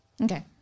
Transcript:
Okay